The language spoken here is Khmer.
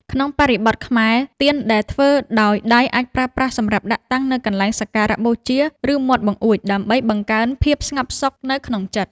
ក្នុងបរិបទខ្មែរ ទៀនដែលធ្វើដោយដៃអាចប្រើប្រាស់សម្រាប់ដាក់តាំងនៅកន្លែងសក្ការបូជា ឬមាត់បង្អួច ដើម្បីបង្កើនភាពស្ងប់សុខនៅក្នុងចិត្ត។